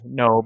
no